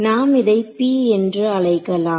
நாம் இதை p என்று அழைக்கலாம்